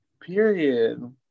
Period